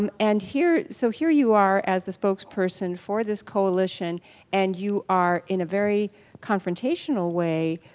um and here, so here you are as the spokesperson for this coalition and you are, in a very confrontational way,